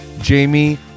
Jamie